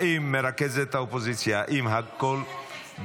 מרכזת האופוזיציה --- אני מושכת את ההסתייגויות.